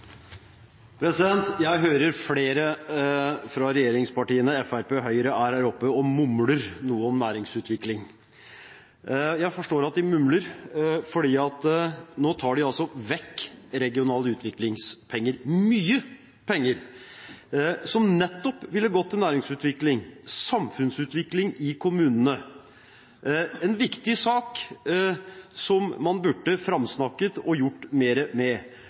her oppe og mumler noe om næringsutvikling. Jeg forstår at de mumler, for nå tar de altså vekk regionale utviklingspenger, mye penger, som nettopp ville gått til næringsutvikling, samfunnsutvikling, i kommunene – en viktig sak, som man burde framsnakket og gjort mer med.